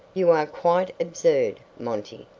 you are quite absurd, monty,